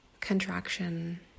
contraction